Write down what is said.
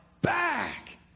back